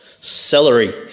celery